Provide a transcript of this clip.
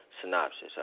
synopsis